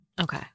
Okay